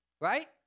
right